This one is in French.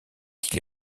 qui